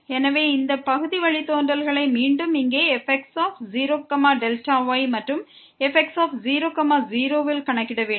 எனவே இந்த பகுதி வழித்தோன்றல்களை மீண்டும் இங்கே fx0y மற்றும் fx00 ல் கணக்கிட வேண்டும்